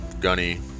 Gunny